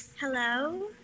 Hello